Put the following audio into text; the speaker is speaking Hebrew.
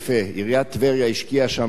עיריית טבריה השקיעה שם הרבה,